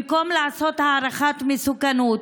במקום לעשות הערכת מסוכנות,